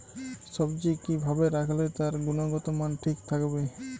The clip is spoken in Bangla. সবজি কি ভাবে রাখলে তার গুনগতমান ঠিক থাকবে?